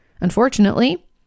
unfortunately